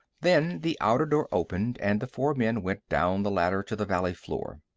then the outer door opened, and the four men went down the ladder to the valley floor.